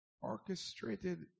orchestrated